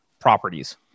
properties